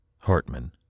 Hartman